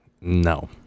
No